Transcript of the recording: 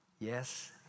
Yes